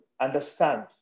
understand